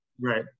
Right